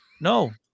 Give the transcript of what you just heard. No